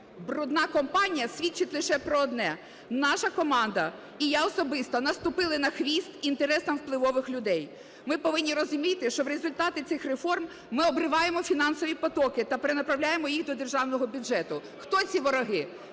"Брудна" кампанія свідчить лише про одне: наша команда і я особисто наступили на хвіст інтересам впливових людей. Ми повинні розуміти, що в результаті цих реформ ми обриваємо фінансові потоки та перенаправляємо їх до державного бюджету. Хто ці вороги?